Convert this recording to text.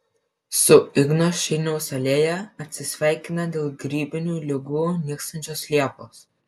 su igno šeiniaus alėja atsisveikina dėl grybinių ligų nykstančios liepos